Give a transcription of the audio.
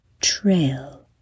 trail